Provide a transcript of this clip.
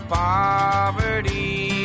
poverty